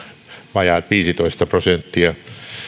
vajaat viisitoista prosenttia